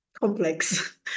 complex